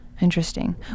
interesting